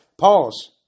Pause